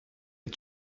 est